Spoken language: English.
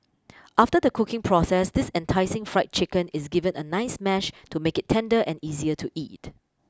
after the cooking process this enticing fried chicken is given a nice mash to make it tender and easier to eat